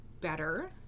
better